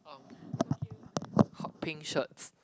um hot pink shirts